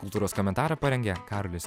kultūros komentarą parengė karolis